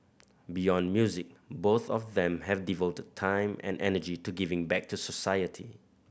beyond music both of them have devoted time and energy to giving back to society